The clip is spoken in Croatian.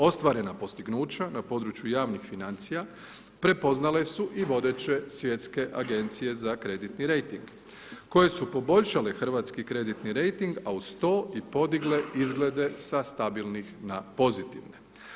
Ostvarena postignuća na području javnih financija, prepoznale su i vodeće Svjetske agencije za kreditni rejting, koje su poboljšale hrvatski kreditni rejting, a uz to i podigle izglede sa stabilnih na pozitivne.